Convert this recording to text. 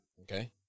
Okay